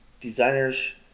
designers